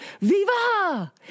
Viva